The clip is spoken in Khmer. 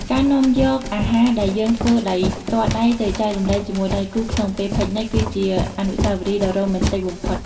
ការនាំយកអាហារដែលយើងធ្វើដោយផ្ទាល់ដៃទៅចែករំលែកជាមួយដៃគូក្នុងពេល Picnic គឺជាអនុស្សាវរីយ៍ដ៏រ៉ូមែនទិកបំផុត។